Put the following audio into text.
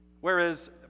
Whereas